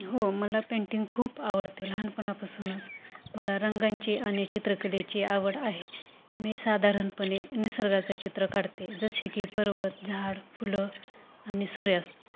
हो मला पेंटिंग खूप आवडते लहानपणापासूनच मला रंगांची आणि चित्रकलेची आवड आहे मी साधारणपणे निसर्गाचं चित्र काढते जसे की पर्वत झाड फुलं आणि सूर्यास्त